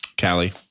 Callie